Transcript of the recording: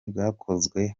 bwakozwe